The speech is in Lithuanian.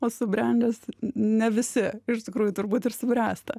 o subrendęs ne visi iš tikrųjų turbūt ir subręsta